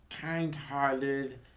kind-hearted